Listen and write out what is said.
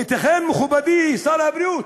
הייתכן, מכובדי שר הבריאות,